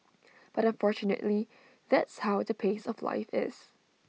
but unfortunately that's how the pace of life is